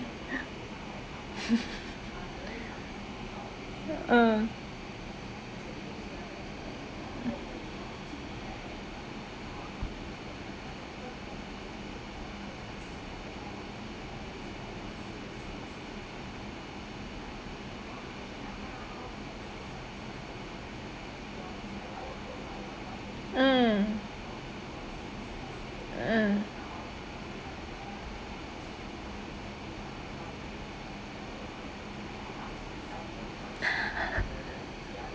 ugh mm mm